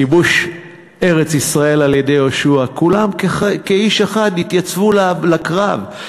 בכיבוש ארץ-ישראל על-ידי יהושע כולם כאיש אחד התייצבו לקרב.